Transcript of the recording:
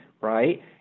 right